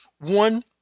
one